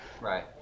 Right